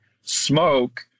smoke